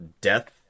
death